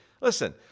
listen